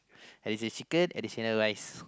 additional chicken additional rice